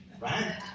right